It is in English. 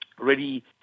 ready